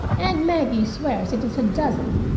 and maggie swears it is a dozen.